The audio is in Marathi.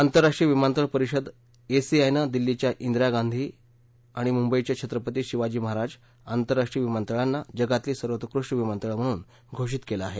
आंतरराष्ट्रीय विमानतळ परिषद एसीआयनं दिल्लीच्या इंदिरा गांधी आणि मुंबईच्या छत्रपती शिवाजी आंतरराष्ट्रीय विमानतळांना जगातली सर्वोत्कृष्ट विमानतळ म्हणून घोषीत केलं आहे